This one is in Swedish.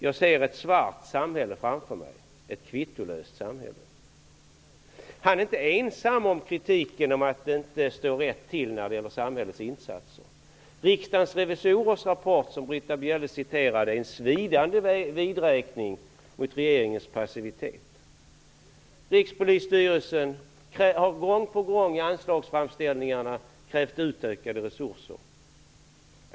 Jag ser ett svart samhälle framför mig, ett kvittolöst samhälle.'' Han är inte ensam om kritiken att det inte står rätt till när det gäller samhällets insatser. Riksdagens revisorers rapport, som Britta Bjelle citerade, är en svidande vidräkning med regeringens passivitet. Rikspolisstyrelsen har gång på gång i anslagsframställningar krävt ökade resurser.